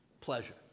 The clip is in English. Pleasure